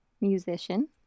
musician